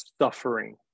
suffering